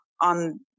on